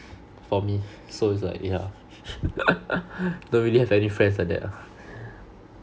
for me so it's like yeah don't really have any friends like that lah